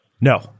No